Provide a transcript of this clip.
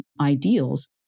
ideals